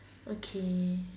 okay